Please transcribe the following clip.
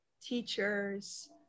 teachers